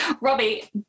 Robbie